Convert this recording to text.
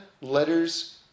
letters